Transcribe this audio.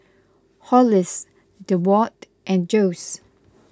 Hollis Deward and Jose